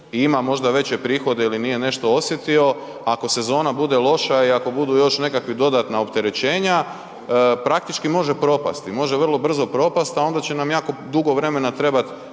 ima možda veće prihode ili nije nešto osjetio, ako sezona bude loša i ako budu još neka dodna opterećenja, praktički može propasti, može brzo propasti, a onda će nam jako dugo vremena trebati